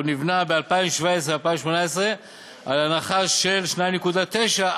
הוא נבנה ב-2016 2018 על הנחה של 2.9%,